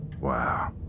Wow